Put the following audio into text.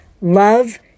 Love